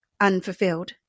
unfulfilled